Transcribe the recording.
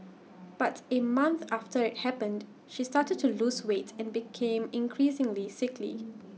but A month after IT happened she started to lose weight and became increasingly sickly